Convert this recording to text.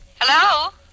Hello